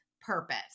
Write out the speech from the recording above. purpose